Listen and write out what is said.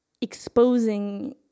exposing